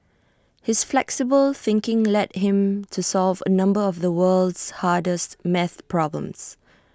his flexible thinking led him to solve A number of the world's hardest maths problems